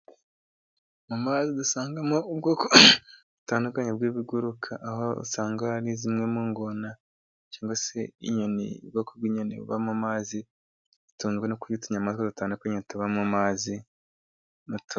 Mu mazi dusangamo ubwoko butandukanye bw'ibiguruka, aho usanga hari zimwe mu ngona cyangwa se inyoni, ubwoko bw'inyoni buba mu mazi, zitunzwe no kurya utunyamaswa dutandukanye tuba mu mazi.